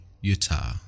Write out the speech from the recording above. Utah